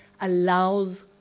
allows